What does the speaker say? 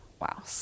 wow